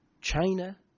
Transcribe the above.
China